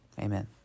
Amen